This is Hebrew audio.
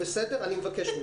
אני מבקש ממך,